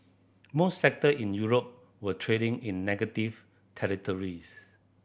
most sector in Europe were trading in negative territories